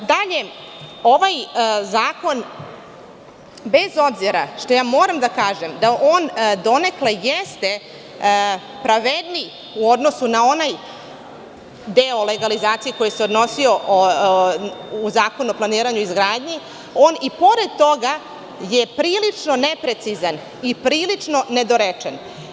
Dalje, ovaj zakon, bez obzira što moram da kažem da on donekle jeste pravedniji u odnosu na onaj deo legalizacije koji se odnosio u Zakonu o planiranju i izgradnji, on i pored toga je prilično neprecizan i prilično nedorečen.